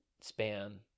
span